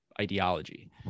ideology